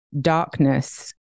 darkness